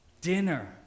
dinner